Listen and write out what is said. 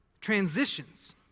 transitions